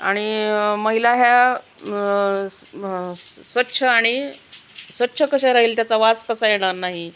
आणि महिला ह्या म स स्वच्छ आणि स्वच्छ कशा राहील त्याचा वास कसा येणार नाही